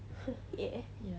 ya